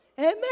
Amen